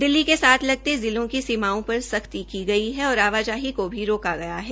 दिल्ली के साथ लगते जिलों की सीमाओं पर सख्ती की गई है और आवाजाही को भी रोका गया है